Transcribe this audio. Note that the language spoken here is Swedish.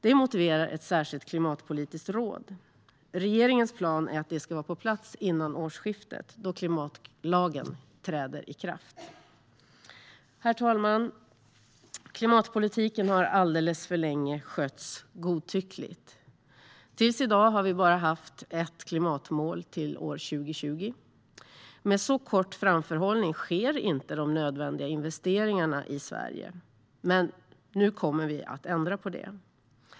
Det motiverar ett särskilt klimatpolitiskt råd. Regeringens plan är att det ska vara på plats före årsskiftet, då klimatlagen träder i kraft. Herr talman! Klimatpolitiken har alldeles för länge skötts godtyckligt. Till i dag har vi bara haft ett klimatmål till år 2020. Med så kort framförhållning sker inte de nödvändiga investeringarna i Sverige. Men nu kommer vi att ändra på det.